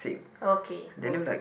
okay move